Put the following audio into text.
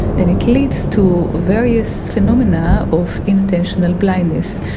and it leads to various phenomena of inattentional blindness,